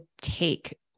take